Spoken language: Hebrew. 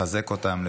לחזק אותם,